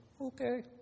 Okay